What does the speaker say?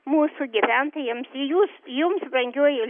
mūsų gyventojams ir jus jums brangioji